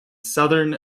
southern